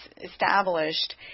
established